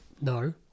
No